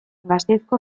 gasteizko